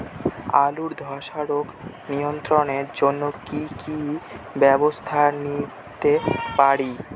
আলুর ধ্বসা রোগ নিয়ন্ত্রণের জন্য কি কি ব্যবস্থা নিতে পারি?